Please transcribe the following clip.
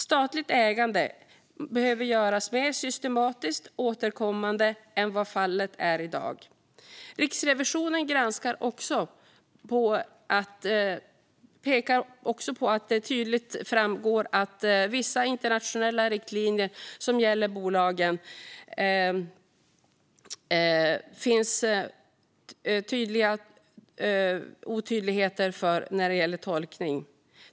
Statligt ägande behöver granskas mer systematiskt och återkommande än vad som är fallet i dag. Riksrevisionens granskning visar också att det tydligare bör framgår vilka internationella riktlinjer som gäller för bolagen. I dag finns utrymme för tolkning som skapar otydlighet.